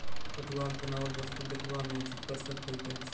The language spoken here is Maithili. पटुआक बनाओल वस्तु देखबा मे चित्तकर्षक होइत अछि